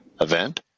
event